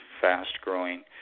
fast-growing